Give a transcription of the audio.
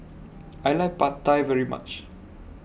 I like Pad Thai very much